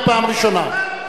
אני קורא אותך לסדר פעם ראשונה.